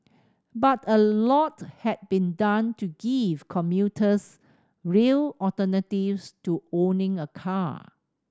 but a lot had been done to give commuters real alternatives to owning a car